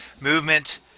Movement